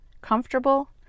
comfortable